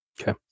Okay